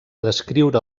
descriure